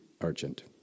urgent